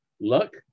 Luck